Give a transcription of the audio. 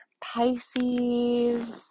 Pisces